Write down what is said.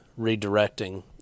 redirecting